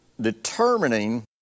determining